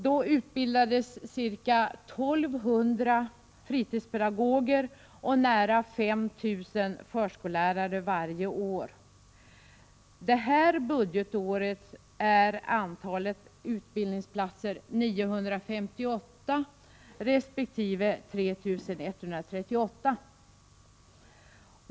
Då utbildades ca 1 200 fritidspedagoger och nära 5 000 förskollärare varje år. Detta budgetår är antalet utbildningsplatser 958 resp. 3 138.